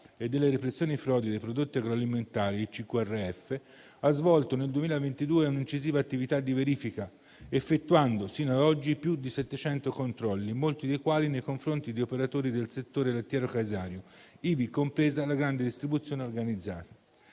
e repressione frodi dei prodotti agroalimentari (Icqrf) ha svolto nel 2022 un'incisiva attività di verifica, effettuando sino a oggi più di 700 controlli, molti dei quali nei confronti di operatori del settore lattiero-caseario, ivi compresa la grande distribuzione organizzata.